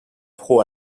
pro